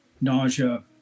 nausea